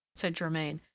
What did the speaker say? said germain,